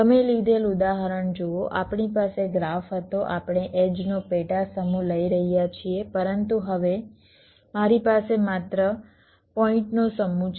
તમે લીધેલ ઉદાહરણ જુઓ આપણી પાસે ગ્રાફ હતો આપણે એડ્જનો પેટા સમૂહ લઈ રહ્યા છીએ પરંતુ હવે મારી પાસે માત્ર પોઈન્ટનો સમૂહ છે